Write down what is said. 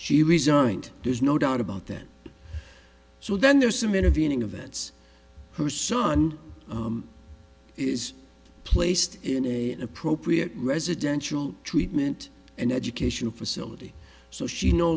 she resigned there's no doubt about that so then there's some intervening events her son is placed in a an appropriate residential treatment an educational facility so she no